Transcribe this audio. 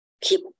keep